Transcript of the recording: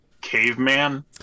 caveman